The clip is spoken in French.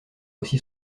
aussi